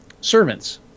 servants